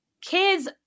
kids